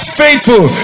faithful